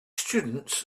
students